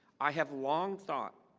i have long thought